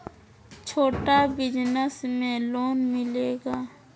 छोटा बिजनस में लोन मिलेगा?